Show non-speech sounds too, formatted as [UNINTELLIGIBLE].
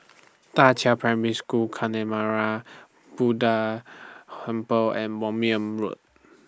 DA Qiao Primary School [UNINTELLIGIBLE] Buddha Humble and Moulmein Road